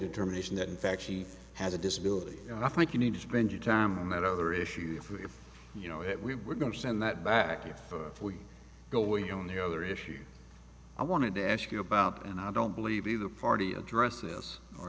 intermission that in fact she has a disability and i think you need to spend your time and that other issues if you know it we were going to send that back if we go we own the other issue i wanted to ask you about and i don't believe either party address